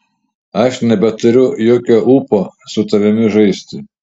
aš nebeturiu jokio ūpo su tavimi žaisti